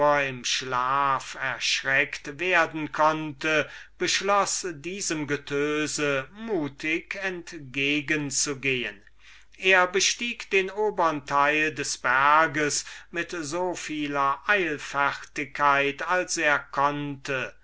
im schlaf erschreckt werden konnte beschloß diesem getöse mit eben dem mut entgegen zu gehen womit in spätern zeiten der unbezwingbare ritter von mancha dem nächtlichen klappern der walkmühlen trotz bot er bestieg also den obern teil des berges mit so vieler eilfertigkeit als er konnte